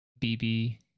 BB